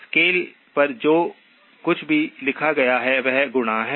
scale पर जो कुछ भी लिखा गया है वह गुणा है